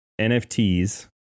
NFTs